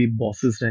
bosses